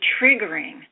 triggering